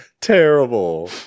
terrible